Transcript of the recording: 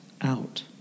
out